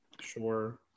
sure